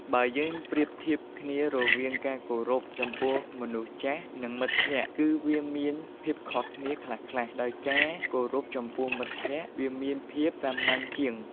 បើយើងប្រៀបធៀបគ្នារវាងការគោរពចំពោះមនុស្សចាស់ នឹង មិត្តភក្តិគឺវាមានភាពខុសគ្នាខ្លះៗ ដោយការគោរពចំពោះមិត្តភក្តិវាមានភាពសាមញ្ញជាង។